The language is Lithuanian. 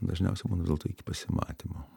dažniausiai būna vis dėlto iki pasimatymo